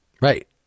Right